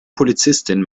polizistin